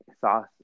sauce